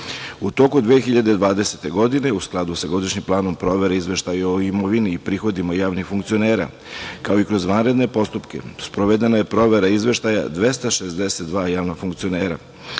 toku 2020. godine, u skladu sa Godišnjim planom provere Izveštaja o imovini i prihodima javnih funkcionera, kao i kroz vanredne postupke sprovedena je provera izveštaja 262 javna funkcionera.